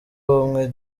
ubumwe